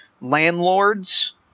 landlords